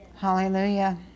Hallelujah